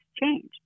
changed